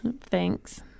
Thanks